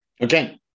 Okay